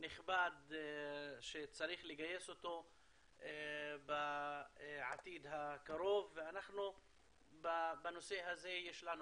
נכבד שצריך לגייס אותו בעתיד הקרוב ובנושא הזה יש לנו